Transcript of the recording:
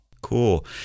Cool